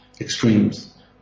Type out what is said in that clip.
extremes